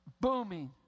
Booming